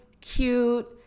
cute